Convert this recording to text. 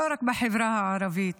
לא רק בחברה הערבית,